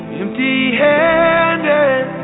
empty-handed